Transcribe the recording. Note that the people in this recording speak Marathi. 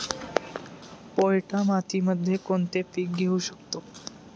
पोयटा मातीमध्ये कोणते पीक घेऊ शकतो?